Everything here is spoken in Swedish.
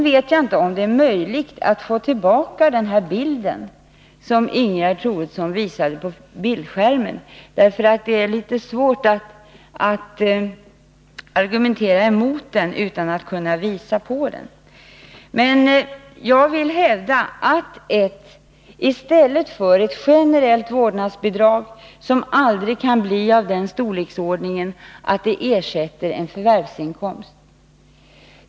Det är litet svårt att kommentera den bild som Ingegerd Troedsson visade utan att ha den på skärmen. Men jag hävdar att ett generellt vårdnadsbidrag aldrig kan bli av den storleksordningen att det ersätter en förvärvsinkomst.